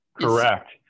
Correct